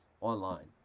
online